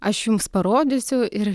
aš jums parodysiu ir